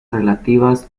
relativas